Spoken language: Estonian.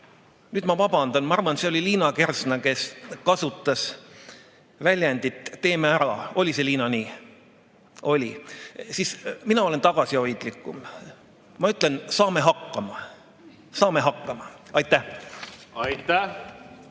Nüüd ma vabandan, ma arvan, see oli Liina Kersna, kes kasutas väljendit "Teeme ära!". Oli see nii, Liina? Oli. Mina olen tagasihoidlikum, ma ütlen: saame hakkama. Saame hakkama! Aitäh!